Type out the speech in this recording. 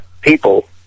people